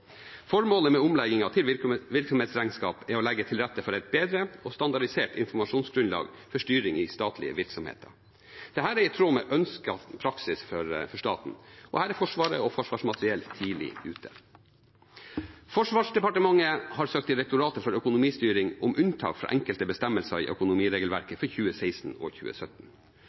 Formålet med omleggingen til virksomhetsregnskap er å legge til rette for et bedre og standardisert informasjonsgrunnlag for styring i statlige virksomheter. Dette er i tråd med ønsket praksis for staten, og her er Forsvaret og Forsvarsmateriell tidlig ute. Forsvarsdepartementet har søkt Direktoratet for økonomistyring, DFØ, om unntak fra enkelte bestemmelser i økonomiregelverket for 2016 og 2017.